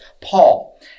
Paul